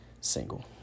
single